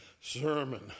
sermon